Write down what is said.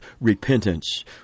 repentance